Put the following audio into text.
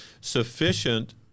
Sufficient